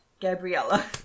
Gabriella